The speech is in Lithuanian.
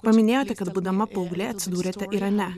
paminėjote kad būdama paauglė atsidūrėte irane